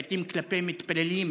לעיתים כלפי מתפללים.